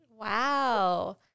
Wow